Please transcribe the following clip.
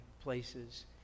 Places